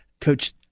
Coach